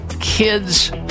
Kids